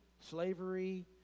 slavery